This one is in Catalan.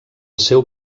seu